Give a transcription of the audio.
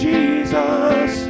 Jesus